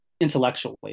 intellectually